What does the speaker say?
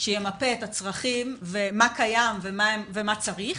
שימפה את הצרכים, מה קיים ומה צריך,